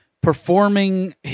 performing